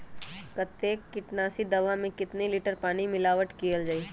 कतेक किटनाशक दवा मे कितनी लिटर पानी मिलावट किअल जाई?